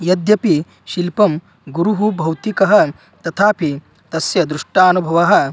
यद्यपि शिल्पं गुरुः भौतिकः तथापि तस्य दृष्टानुभवः